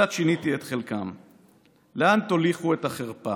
שיתחילו להתרגל להגיד לילדים שלהם "אין לי".